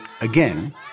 again